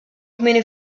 kmieni